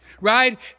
right